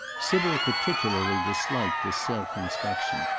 sybil particularly disliked this self-inspection.